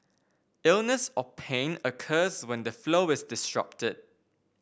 illness or pain occurs when the flow is disrupted